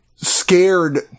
scared